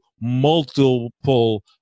multiple